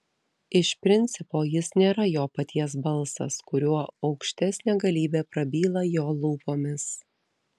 iš principo jis nėra jo paties balsas kuriuo aukštesnė galybė prabyla jo lūpomis